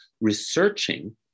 researching